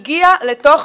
אל תיכנסו לדברים,